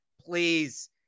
please